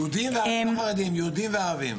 יהודים וערבים.